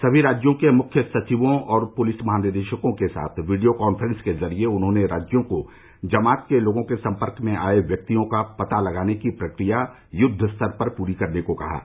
सभी राज्यों के मुख्य सचिवों और पुलिस महानिदेशकों के साथ वीडियो कांफ्रेंस के जरिए उन्होंने राज्यों को जमात के लोगों के संपर्क में आये व्यक्तियों का पता लगाने की प्रक्रिया युद्ध स्तर पर पूरी करने को कहा है